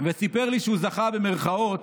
וסיפר לי שהוא זכה, במירכאות,